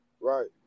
Right